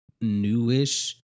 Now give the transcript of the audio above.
newish